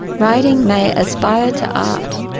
writing may aspire to art,